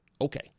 okay